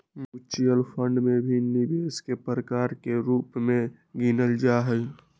mutual fund भी निवेश के प्रकार के रूप में गिनल जाहई